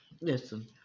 listen